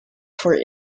for